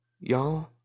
y'all